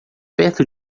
perto